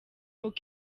uko